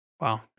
wow